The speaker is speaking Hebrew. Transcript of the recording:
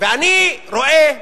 ואני רואה,